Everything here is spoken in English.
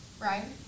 Right